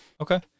okay